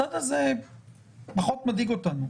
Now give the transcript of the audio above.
הצד הזה פחות מדאיג אותנו.